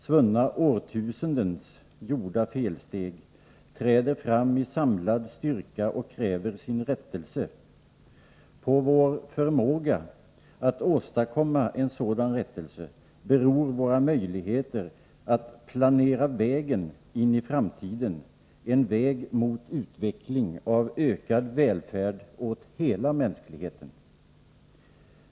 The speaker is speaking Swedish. Svunna årtusendens gjorda felsteg träder fram i samlad styrka och kräver sin rättelse. På vår förmåga att åstadkomma en sådan rättelse beror våra möjligheter att planera vägen in i framtiden — en väg mot utveckling av ökad välfärd åt hela mänskligheten.